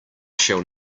shall